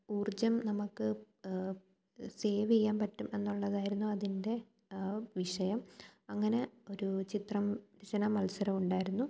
ഊര്ജ്ജം നമുക്ക് സേവെയ്യാമ്പറ്റും എന്നുള്ളതായിരുന്നു അതിന്റെ വിഷയം അങ്ങനെ ഒരു ചിത്രം രചനാ മത്സരം ഉണ്ടായിരുന്നു